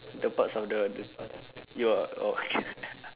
the parts of the the your oh okay